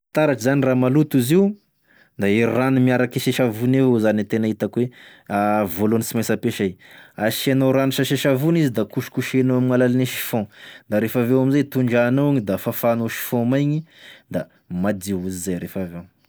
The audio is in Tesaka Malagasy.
Taratry zany raha maloto izy io da e rano miaraky sy savony avao zany e tana hitako oe voalohany sy mainsy apesay, asianao rano sy savony izy da kosikosenao amign'alalane chiffon da refaveo amizay tondranao igny da fafanao chiffon maigny da madio izy zay refaveo.